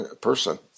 person